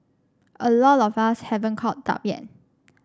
a lot of us haven't caught up yet